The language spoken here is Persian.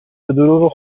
بهدروغ